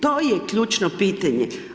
To je ključno pitanje.